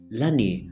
lani